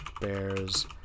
bears